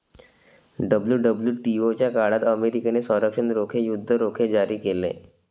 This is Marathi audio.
डब्ल्यू.डब्ल्यू.टी.ओ च्या काळात अमेरिकेने संरक्षण रोखे, युद्ध रोखे जारी केले